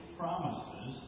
promises